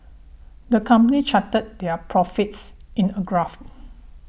the company charted their profits in a graph